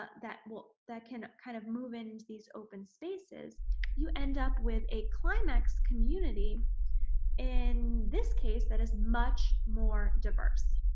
that will that can kind of move into these open spaces you end up with a climax community in this case that is much more diverse.